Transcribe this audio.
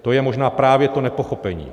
To je možná právě to nepochopení.